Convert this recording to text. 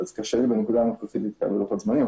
אז קשה לי בנקודה הנוכחית להתחייב על לוחות זמנים,